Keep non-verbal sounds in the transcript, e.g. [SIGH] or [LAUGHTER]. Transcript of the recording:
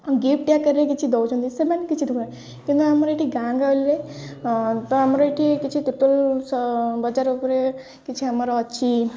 gift ଆକାରରେ କିଛି ଦଉଛନ୍ତି ସେମାନେ କିଛି [UNINTELLIGIBLE] କିନ୍ତୁ ଆମର ଏଠି ଗାଁ ଗହଳିରେ ତ ଆମର ଏଠି କିଛି ଟୋଟାଲ ବଜାର ଉପରେ କିଛି ଆମର ଅଛି